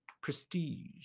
prestige